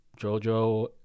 JoJo